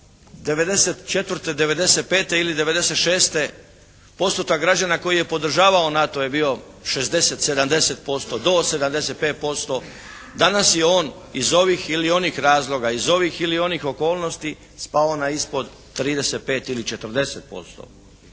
94./95. ili 96. postotak građana koji je podržavao NATO je bio 60, 70% do 75%. Danas je on iz ovih ili onih razloga, iz ovih ili onih okolnosti spao na ispod 35 ili 40%.